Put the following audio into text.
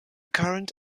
current